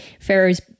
Pharaoh's